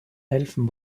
helfen